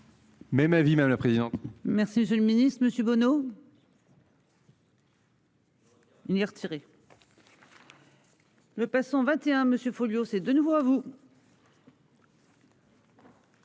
Même ma vie madame le président. Merci Monsieur le Ministre, Monsieur Bono. Il n'y retiré. Le passant 21 monsieur Folliot s'est de nouveau à vous.